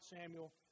Samuel